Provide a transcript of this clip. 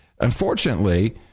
Unfortunately